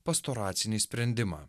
pastoracinį sprendimą